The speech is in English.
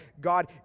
God